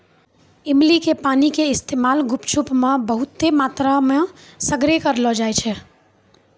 इमली के पानी के इस्तेमाल गुपचुप मे बहुते मात्रामे सगरे करलो जाय छै